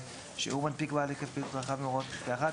שהוא מנפיק בעל היקף פעילות רחב מהוראות פסקה (1),